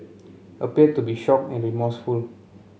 appeared to be shocked and remorseful